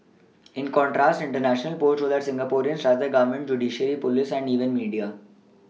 in contrast international polls show that Singaporeans trust their Government judiciary police and even media